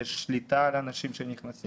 יש שליטה על האנשים שנכנסים.